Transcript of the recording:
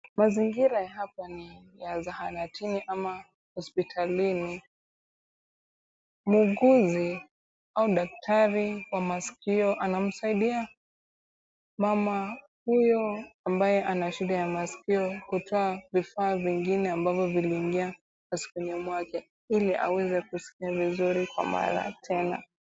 Mazingira ya hapa ni ya zahanatini ama hosipitalini, muuguzi au daktari wa masikio anamsaidia mama huyo ambaye anashida ya masikio kutoa vifaa vingine amabavyo viliingia maskioni mwake ili aweze kusikia vizuri kwa mara tena.